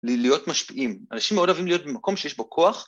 ‫להיות משפיעים. ‫אנשים מאוד אוהבים להיות במקום שיש בו כוח.